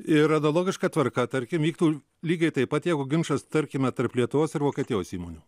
ir analogiška tvarka tarkim vyktų lygiai taip pat jeigu ginčas tarkime tarp lietuvos ir vokietijos įmonių